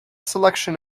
selection